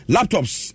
Laptops